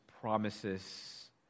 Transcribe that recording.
promises